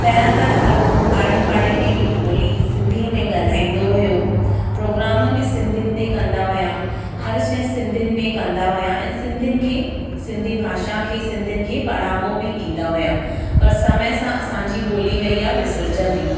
पहिरियां त हर को आड़े पाड़े में बि ॿोली सिंधीअ में ॻाल्हाईंदो हुओ प्रोग्राम बि सिंधीअ में कंदा हुआ हर शइ सिंधियुनि में कंदा हुआ ऐं सिंधीअ खे सिंधी भाषा खे सिंधियुनि खे बढ़ावो बि ॾींदा हुआ पर समय सां असांजी ॿोली वई आहे विसिरिजंदी